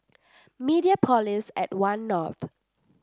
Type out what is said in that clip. Mediapolis at One North